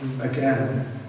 again